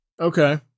Okay